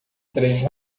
três